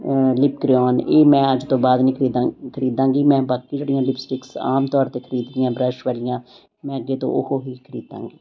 lip crayon ਇਹ ਮੈਂ ਅੱਜ ਤੋਂ ਬਾਅਦ ਨਹੀਂ ਖਰੀਦਾ ਖਰੀਦਾਂਗੀ ਮੈਂ ਬਾਕੀ ਜਿਹੜੀਆਂ ਲਿਪਸਟਿਕਸ ਆਮ ਤੌਰ 'ਤੇ ਖਰੀਦ ਦੀ ਹਾਂ ਬ੍ਰਸ਼ ਵਾਲੀਆਂ ਮੈਂ ਅੱਗੇ ਤੋਂ ਉਹ ਹੀ ਖਰੀਦਾਂਗੀ